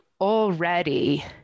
already